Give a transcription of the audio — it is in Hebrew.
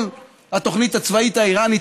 כל התוכנית הצבאית האיראנית,